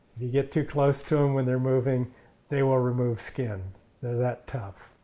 you get too close to them when they're moving they will remove skin. they're that tough.